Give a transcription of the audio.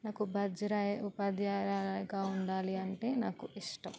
నాకు ఉపాధ్యాయు ఉపాధ్యాయురాలుగా ఉండాలి అంటే నాకు ఇష్టం